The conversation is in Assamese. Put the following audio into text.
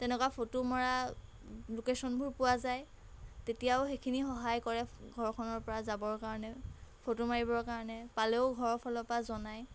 তেনেকুৱা ফটো মৰা লোকেশ্যনবোৰ পোৱা যায় তেতিয়াও সেইখিনি সহায় কৰে ঘৰখনৰ পৰা যাবৰ কাৰণে ফটো মাৰিবৰ কাৰণে পালেও ঘৰৰ ফালৰ পৰা জনায়